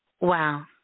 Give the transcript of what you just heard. Wow